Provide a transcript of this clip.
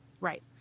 Right